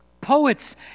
Poets